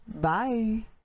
Bye